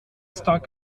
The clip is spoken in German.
star